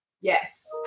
Yes